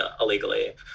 illegally